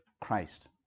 Christ